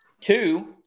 Two